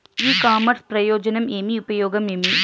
ఇ commerce ప్రయోజనం ఏమి? ఉపయోగం ఏమి?